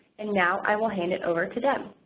and now, i will hand it over to deb.